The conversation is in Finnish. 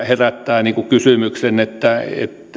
herättää kysymyksen että